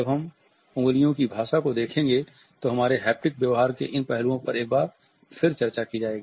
जब हम उँगलियों की भाषा को देखेंगे तो हमारे हैप्टिक व्यवहार के इन पहलुओं पर एक बार फिर चर्चा की जाएगी